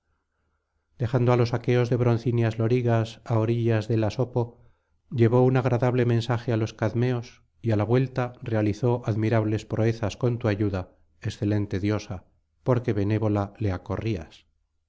dejando á los aqueos de broncíneas lorigas á orillas del asopo llevó un agradable mensaje á los cadmeos y á la vuelta realizó admirables proezas con tu ayuda excelente diosa porque benévola le